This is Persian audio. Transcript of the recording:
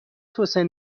توسعه